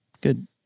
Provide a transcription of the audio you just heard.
good